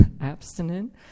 abstinent